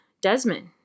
Desmond